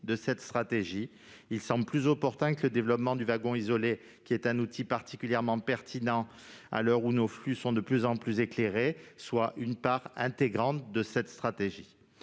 de cette stratégie. Il semble par conséquent plus opportun de faire du développement du wagon isolé, outil particulièrement pertinent à l'heure où nos flux sont de plus en plus éclatés, une part intégrante de cette stratégie.